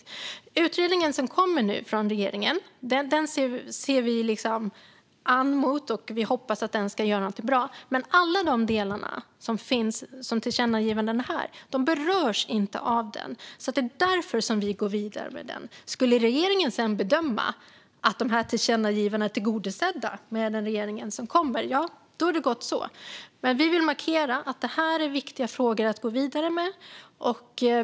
Den utredning som nu kommer från regeringen ser vi fram emot, och vi hoppas att den ska göra någonting bra. Men alla de delar som finns i tillkännagivandena här berörs inte av den, och det är därför vi går vidare med detta. Skulle regeringen sedan bedöma att de här tillkännagivandena är tillgodosedda i och med utredningen som kommer är det gott så, men vi vill markera att detta är viktiga frågor att gå vidare med.